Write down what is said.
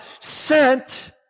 sent